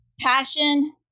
Passion